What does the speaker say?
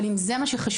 אבל אם זה מה שחשוב,